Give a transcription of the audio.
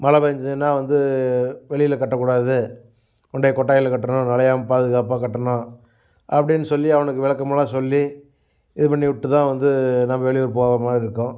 மழை பேஞ்சதுனால் வந்து வெளியில் கட்டக்கூடாது கொண்டே கொட்டாயில் கட்டணும் நனையாம பாதுகாப்பாக கட்டணும் அப்படின்னு சொல்லி அவனுக்கு விளக்கமெல்லாம் சொல்லி இதுபண்ணி விட்டுதான் வந்து நம்ம வெளியூர் போறமாதிரிருக்கும்